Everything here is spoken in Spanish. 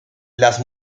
las